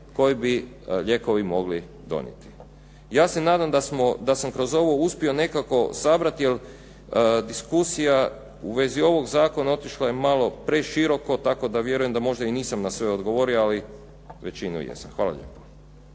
koji bi lijekovi mogli donijeti. Ja se nadam da sam kroz ovo uspio nekako sabrati jer diskusija u vezi ovog zakona otišla je malo preširoko tako da vjerujem da možda i nisam na sve odgovorio ali većinu jesam. Hvala lijepo.